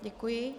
Děkuji.